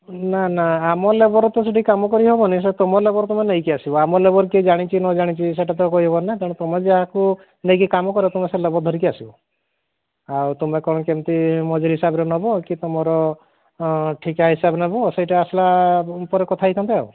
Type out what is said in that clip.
ନା ନା ଆମ ଲେବର ତ ସେଇଠି କାମ କରିହେବନି ସେ ତୁମ ଲେବର୍ ତୁମେ ନେଇକି ଆସିବ ଆମ ଲେବର୍ କିଏ ଜାଣିଛି ନ ଜାଣିଛି ସେଇଟା ତ କହିହେବନି ନା ତେଣୁ କରି ତୁମେ ଯାହାକୁ ନେଇକି କାମ କର ତୁମେ ସେ ଲେବର ଧରିକି ଆସିବ ଆଉ ତୁମେ କ'ଣ କେମତି ମଜୁରି ହିସାବରେ ନେବ କି ତୁମର ଠିକା ହିସାବ ନେବ ସେଇଟା ଆସିଲା ପରେ କଥା ହେଇଥାନ୍ତେ ଆଉ